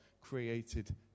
created